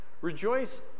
Rejoice